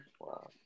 Wow